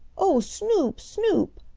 oh, snoop, snoop!